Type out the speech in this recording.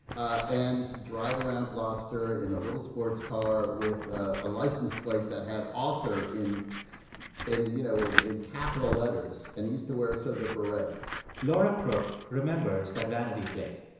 ah and he used to drive around gloucester in a little sports car with ah a license plate that had author in in you know, in in capital letters. and he used to wear sort of a beret laura crook remembers that vanity plate.